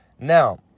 Now